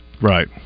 right